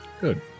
Good